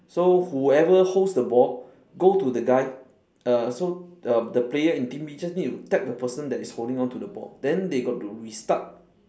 so whoever holds the ball go to the guy err so the the player in team B just need to tap the person that is holding on to the ball then they got to restart